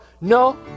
No